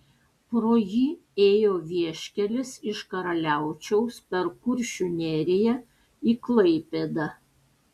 pro jį ėjo vieškelis iš karaliaučiaus per kuršių neriją į klaipėdą